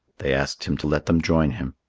they asked him to let them join him,